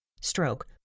stroke